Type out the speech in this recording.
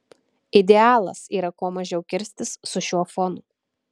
idealas yra kuo mažiau kirstis su šiuo fonu